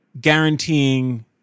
guaranteeing